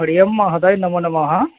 हरि ओं महादय नमो नमः